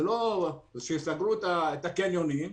כאשר סגרו את הקניונים,